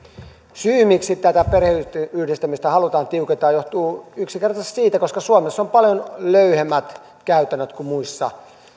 syy miksi tätä perheenyhdistämistä halutaan tiukentaa johtuu yksinkertaisesti siitä että suomessa on paljon löyhemmät käytännöt kuin muissa